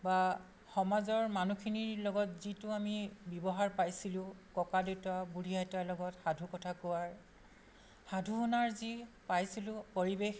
বা সমাজৰ মানুহখিনিৰ লগত যিটো আমি ব্যৱহাৰ পাইছিলোঁ ককাদেউতা বুঢ়ী আইতাৰ লগত সাধুকথা কোৱাৰ সাধু শুনাৰ যি পাইছিলোঁ পৰিৱেশ